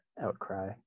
outcry